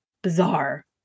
Bizarre